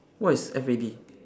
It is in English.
what is F A D